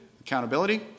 accountability